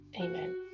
Amen